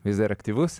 vis dar aktyvus